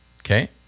okay